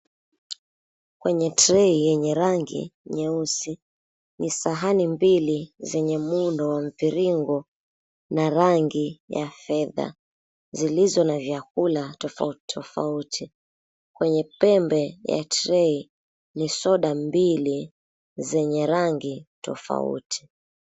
Kwenye trei yenye rangi nyeusi ni sahani mbili zenye muundo wa mviringo na rangi ya fedha zilizo na vyakula tofauti tofauti, kwenye pembe ya trei ni soda mbili zenye rangi tofauti.